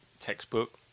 Textbook